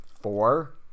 four